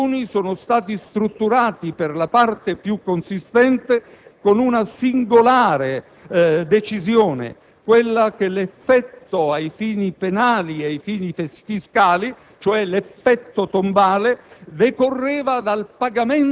condoni, inoltre, sono stati strutturati per la parte più consistente con una singolare decisione: quella che l'effetto ai fini penali e fiscali, cioè l'effetto tombale,